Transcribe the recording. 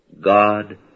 God